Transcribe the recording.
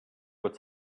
would